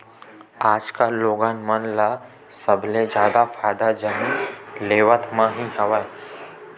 आजकल लोगन मन ल सबले जादा फायदा जमीन लेवब म ही हवय